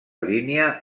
línia